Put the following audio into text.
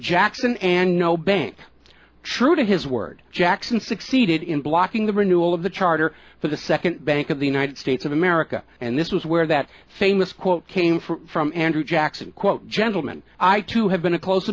jackson and no bank true to his word jackson succeeded in blocking the renewal of the charter for the second bank of the united states of america and this was where that famous quote came from from andrew jackson quote gentleman i too have been a close